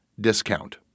discount